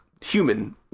human